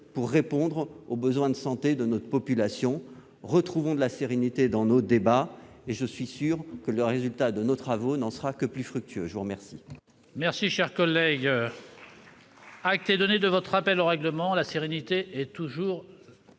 pour répondre aux besoins de santé de notre population. Retrouvons de la sérénité dans nos débats et je suis sûr que le résultat de nos travaux n'en sera que plus fructueux. ! Acte vous est